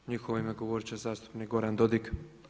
U njihovo ime govoriti će zastupnik Goran Dodig.